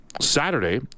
Saturday